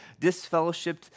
disfellowshipped